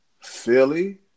Philly